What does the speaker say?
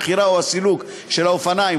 המכירה או הסילוק של האופניים,